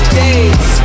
days